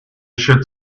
should